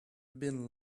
been